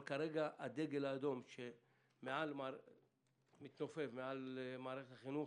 אבל כרגע הדגל האדום שמעל מערכת החינוך